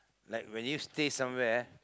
like when you stay somewhere